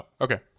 okay